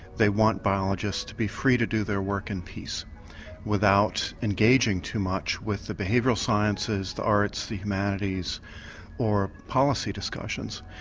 they want biologists to be free to do their work in peace without engaging too much with the behavioural sciences, the arts, the humanities or policy discussions.